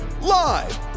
Live